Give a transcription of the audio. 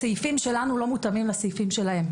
הסעיפים שלנו לא מותאמים לסעיפים שלהם.